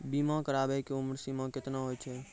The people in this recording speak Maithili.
बीमा कराबै के उमर सीमा केतना होय छै?